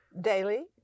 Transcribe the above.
daily